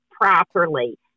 properly